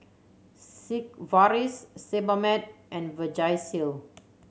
Sigvaris Sebamed and Vagisil